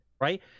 right